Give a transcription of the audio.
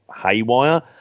haywire